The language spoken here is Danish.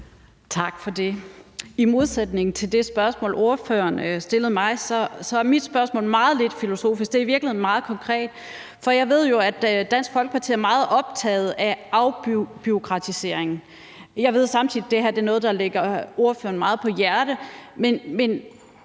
Tak for det. I modsætning til det spørgsmål, ordføreren stillede mig, er mit spørgsmål meget lidt filosofisk. Det er i virkeligheden meget konkret, for jeg ved jo, at Dansk Folkeparti er meget optaget af afbureaukratisering. Jeg ved samtidig, at det her er noget, der